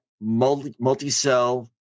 multi-cell